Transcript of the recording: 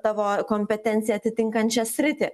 tavo kompetenciją atitinkančią sritį